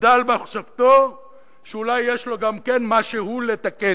בבדל-מחשבתו שאולי יש לו גם כן משהו לתקן.